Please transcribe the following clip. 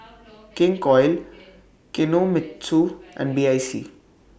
King Koil Kinohimitsu and B I C